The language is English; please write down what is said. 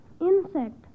insect